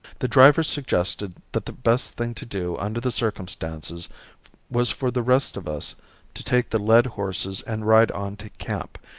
the driver suggested that the best thing to do under the circumstances was for the rest of us to take the led horses and ride on to camp,